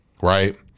right